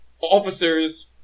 officers